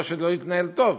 לא שזה לא התנהל טוב,